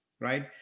right